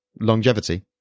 longevity